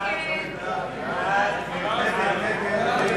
הצעת ועדת הכנסת להעביר